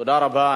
תודה רבה.